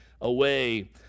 away